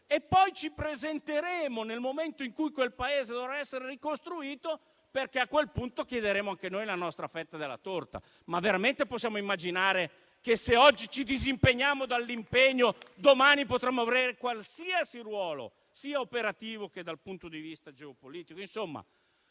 e poi ci presenteremo nel momento in cui quel Paese dovrà essere ricostruito, perché a quel punto chiederemo anche noi la nostra fetta della torta. Ma veramente possiamo immaginare che se oggi ci sfiliamo dall'impegno, domani potremo avere qualsiasi ruolo sia operativo sia geopolitico? Insomma,